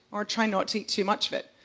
or try not to eat too much of it.